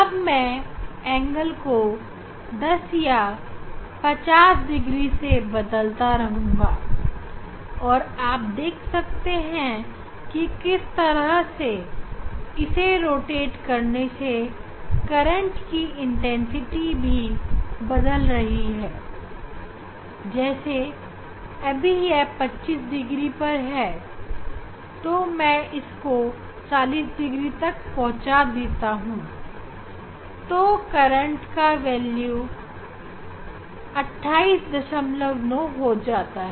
अब मैं कोण को 10 या 20 डिग्री से बदलता रहूँगा और आप देख सकते हैं कि किस तरह से मेरे इसे रोटेट करने से करंट की इंटेंसिटी भी बदल रही है जैसे अभी यह 25 डिग्री पर है और मैं इसको 40 डिग्री पर पहुंचा देता हूं तो करंट का वेल्यू 289 हो जाता है